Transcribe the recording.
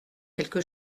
quelque